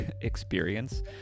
experience